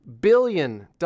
billion